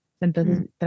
Entonces